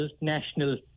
national